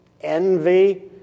envy